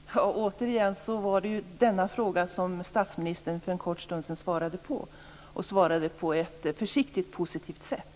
Fru talman! Återigen: Det var denna fråga som statsministern för en kort stund sedan svarade på, och han svarade på ett försiktigt positivt sätt.